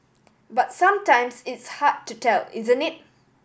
but sometimes it's hard to tell isn't it